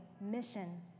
mission